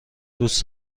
دوست